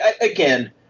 again